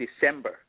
December